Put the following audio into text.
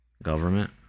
government